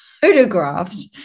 photographs